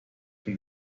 von